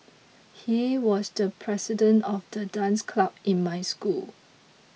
he was the president of the dance club in my school